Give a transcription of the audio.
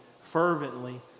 fervently